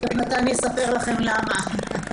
מתן יספר לכם למה.